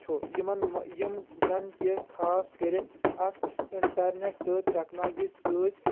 چُھ یِم زن کہ خاص کٔرِتھ اَتھ اِنٹرنیٚٹ تہٕ ٹیکنالوجی سۭتۍ